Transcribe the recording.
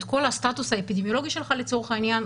הסטאטוס האפידמיולוגי שלך לצורך העניין,